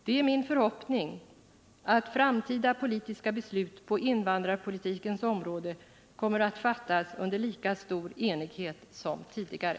Det är min förhoppning att framtida politiska beslut på invandrarpolitikens område kommer att fattas under lika stor enighet som tidigare.